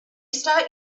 start